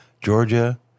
Georgia